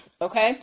Okay